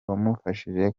wamufashije